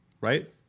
Right